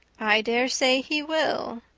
i daresay he will.